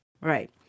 Right